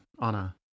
Anna